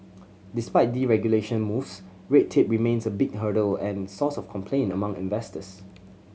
despite deregulation moves red tape remains a big hurdle and source of complaint among investors